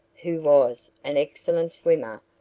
who was an excellent swimmer,